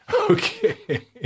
Okay